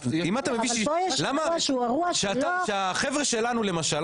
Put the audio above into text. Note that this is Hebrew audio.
למה שהחבר'ה שלנו למשל,